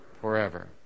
forever